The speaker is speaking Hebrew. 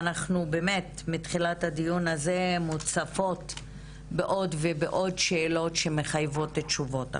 מתחילת הדיון הזה אנחנו באמת מוצפות בעוד ועוד שאלות שמחייבות תשובות.